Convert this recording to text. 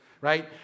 right